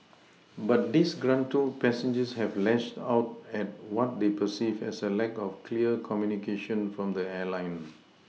but disgruntled passengers have lashed out at what they perceived as a lack of clear communication from the airline